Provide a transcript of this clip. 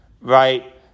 right